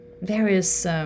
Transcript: various